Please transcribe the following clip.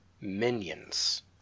minions